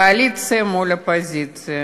קואליציה מול אופוזיציה,